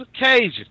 occasion